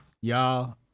Y'all